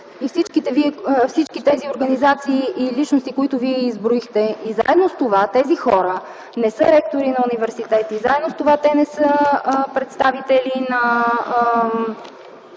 и всички тези организации и личности, които Вие изброихте, и заедно с това тези хора не са ректори на университети, заедно с това те не са представители на